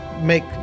make